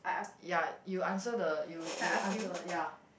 ya you answer the you you answer ya